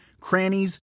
crannies